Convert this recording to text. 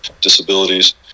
disabilities